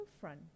front